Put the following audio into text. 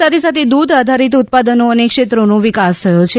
સાથે સાથે દુધ આધારિત ઉત્પાદનો ક્ષેત્રોનો વિકાસ થયો છે